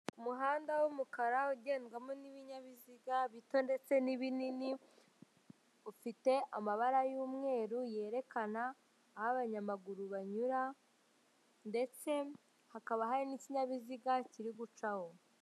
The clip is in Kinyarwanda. umuhanda w'umukara ugendwamo n'ibinyabiziga bito ndetse n'ibinini ufite amabara y'umweru yerekana aho abanyamaguru banyura ndetse hakaba hari n'ikinyabiziga kiri gucaho